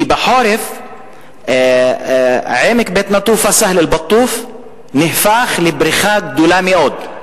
כי בחורף עמק בית-נטופה נהפך לבריכה גדולה מאוד.